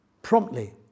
Promptly